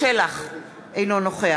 המשכורת שלהן היא נמוכה.